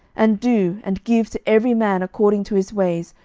and do, and give to every man according to his ways,